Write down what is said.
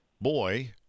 boy